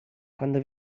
quando